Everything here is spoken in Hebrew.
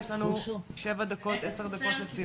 יש לנו 7-10 דקות לסיום.